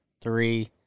Three